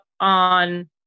on